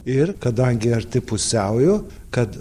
ir kadangi arti pusiaujo kad